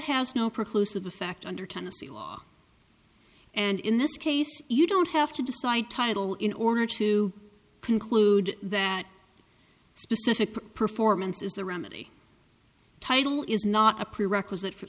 has no proposed to the fact under tennessee law and in this case you don't have to decide title in order to conclude that specific performance is the remedy title is not a prerequisite for